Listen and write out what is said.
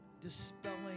dispelling